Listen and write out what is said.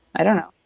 i don't know.